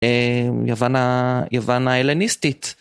אה... יוון ה... יוון ההלניסטית.